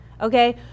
okay